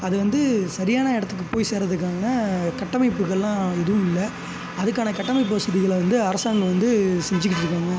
அது வந்து சரியான இடத்துக்கு போய் சேர்றதுக்கான ஒரு கட்டமைப்புகளெலாம் எதுவும் இல்லை அதுக்கான கட்டமைப்பு வசதிகளை வந்து அரசாங்கம் வந்து செஞ்சுக்கிட்ருக்காங்க